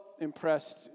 impressed